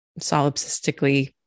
solipsistically